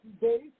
days